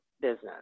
business